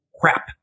crap